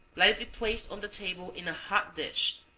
let it be placed on the table in a hot dish,